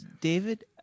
david